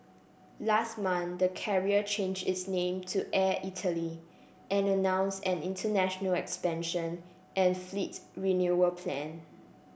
last month the carrier change its name to Air Italy and announce an international expansion and fleet renewal plan